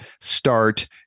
START